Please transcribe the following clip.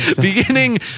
Beginning